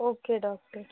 okay doctor